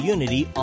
Unity